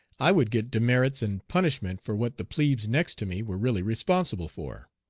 i would get demerits and punishment for what the plebes next to me were really responsible for.